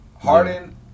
Harden